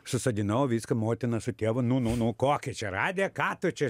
susodinau viską motina su tėvu nu nu nu kokia čia radija ką tu čia